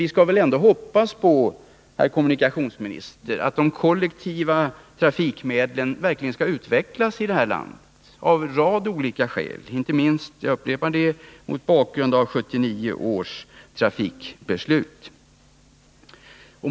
Vi skall väl ändå hoppas, herr kommunikationsminister, att de kollektiva trafikmedlen verkligen skall utvecklas i det här landet av en rad olika skäl och inte minst — jag upprepar det — mot bakgrund av 1979 års trafikbeslut.